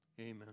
Amen